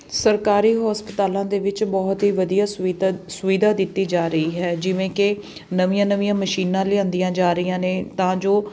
ਸਰਕਾਰੀ ਹਸਪਤਾਲਾਂ ਦੇ ਵਿੱਚ ਬਹੁਤ ਹੀ ਵਧੀਆ ਸੁਵਿਧਾ ਸੁਵਿਧਾ ਦਿੱਤੀ ਜਾ ਰਹੀ ਹੈ ਜਿਵੇਂ ਕਿ ਨਵੀਆਂ ਨਵੀਆਂ ਮਸ਼ੀਨਾਂ ਲਿਆਂਦੀਆਂ ਜਾ ਰਹੀਆਂ ਨੇ ਤਾਂ ਜੋ